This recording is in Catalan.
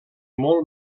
molt